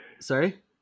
sorry